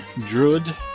druid